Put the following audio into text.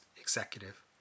executive